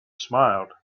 smiled